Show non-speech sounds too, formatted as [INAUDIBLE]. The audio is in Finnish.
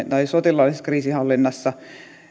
[UNINTELLIGIBLE] tai sotilaallisessa kriisinhallinnassa